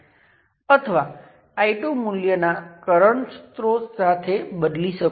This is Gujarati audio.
અને તમને એક ઉદાહરણ બતાવીશ જે એક ખૂબ જ સરળ સર્કિટ છે જેના માટે આપણે પેરામિટર ની ગણતરી કરીશું